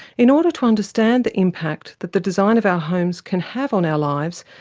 in order to understand the impact that the design of our homes can have on our lives,